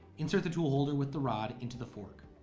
insert the tool holder with the rod into the fork.